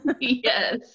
Yes